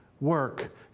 work